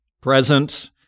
present